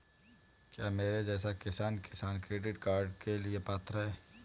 क्या मेरे जैसा किसान किसान क्रेडिट कार्ड के लिए पात्र है?